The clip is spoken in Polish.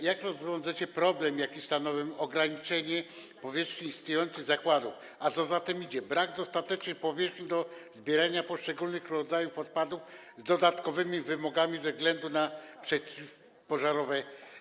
Jak rozwiążecie problem, jaki stanowi ograniczenie powierzchni istniejących zakładów, a co za tym idzie, brak dostatecznej powierzchni do zbierania poszczególnych rodzajów odpadów i dodatkowych wymogów ze względu na warunki przeciwpożarowe.